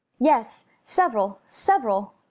yes, several, several!